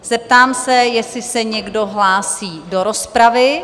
Zeptám se, jestli se někdo hlásí do rozpravy?